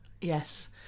yes